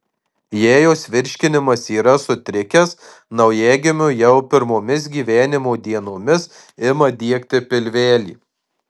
jei jos virškinimas yra sutrikęs naujagimiui jau pirmomis gyvenimo dienomis ima diegti pilvelį